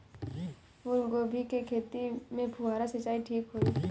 फूल गोभी के खेती में फुहारा सिंचाई ठीक होई?